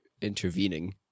intervening